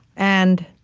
and